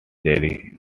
jerry